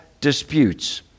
disputes